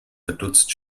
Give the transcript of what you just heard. verdutzt